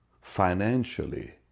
financially